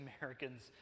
Americans